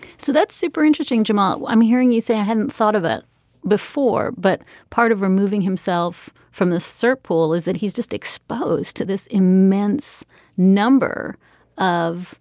so that's super interesting jamal. i'm hearing you say i hadn't thought of it before. but part of removing himself from the cert pool is that he's just exposed to this immense number of